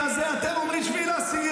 אתם אומרים 7 באוקטובר,